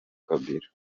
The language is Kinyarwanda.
kabila